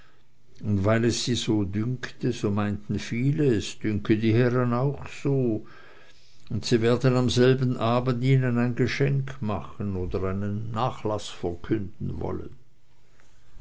und weil es sie so dünkte so meinten viele es dünke die herren auch so und sie werden an selbem abend ihnen ein geschenk machen oder einen nachlaß verkünden wollen